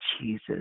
Jesus